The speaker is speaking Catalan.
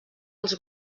als